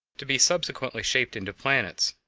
to be subsequently shaped into planets.